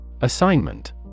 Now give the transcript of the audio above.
Assignment